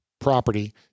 property